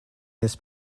this